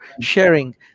sharing